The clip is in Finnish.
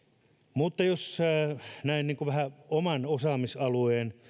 mutta jos näin niin kuin vähän oman osaamisalueen